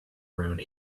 around